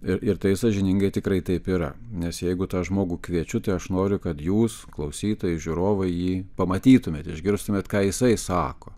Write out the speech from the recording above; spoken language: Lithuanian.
ir ir tai sąžiningai tikrai taip yra nes jeigu tą žmogų kviečiu tai aš noriu kad jūs klausytojai žiūrovai jį pamatytumėt išgirstumėt ką jisai sako